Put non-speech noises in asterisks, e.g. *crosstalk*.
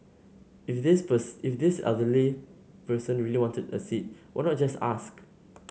if this *unintelligible* if this elderly person really wanted a seat why not just ask